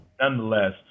Nonetheless